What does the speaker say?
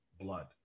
blood